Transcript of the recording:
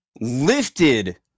lifted